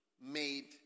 made